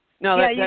No